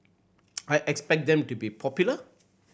I expect them to be popular